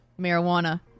Marijuana